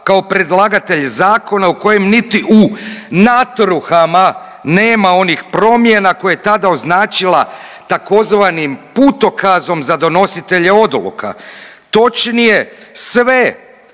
kao predlagatelj zakona u kojem niti u natruhama nema onih promjena koje je tada označila tzv. putokazom za donositelje odluka, točnije sve